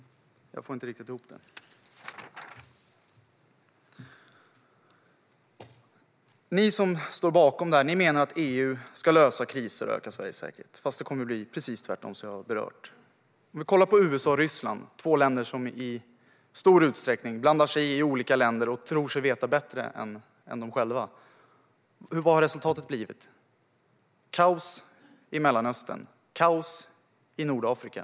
Jag får inte riktigt ihop det. Ni som står bakom det här menar att EU ska lösa kriser och öka Sveriges säkerhet, fast det kommer att bli precis tvärtom, vilket jag har berört. Vi kan kolla på USA och Ryssland, två länder som i stor utsträckning blandar sig i olika länder och tror sig veta bättre än de själva. Vad har resultatet blivit? Jo, kaos i Mellanöstern och kaos i Nordafrika.